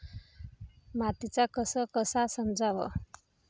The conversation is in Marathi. मातीचा कस कसा समजाव?